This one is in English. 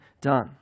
done